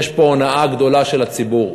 יש פה הונאה גדולה של הציבור.